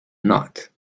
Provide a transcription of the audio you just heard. not